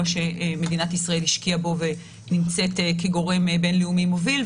שמדינת ישראל השקיעה בו ונמצאת כגורם בין-לאומי מוביל,